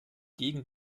gegen